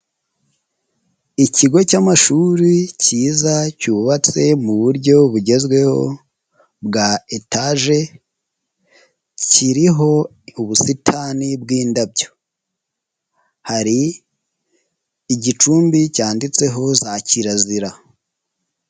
Ikigo cy'amashuri kiza cyubatse mu buryo bugezweho bwa etaje, kiriho ubusitani bw'indabyo hari igicumbi cyanditseho za kirazira.